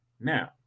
Now